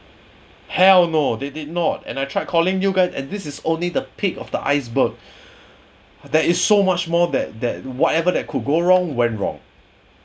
hell no they did not and I tried calling you guy and this is only the peak of the iceberg there is so much more that that whatever that could go wrong went wrong